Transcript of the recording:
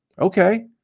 okay